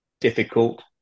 difficult